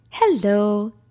Hello